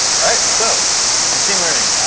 all right. so machine learning.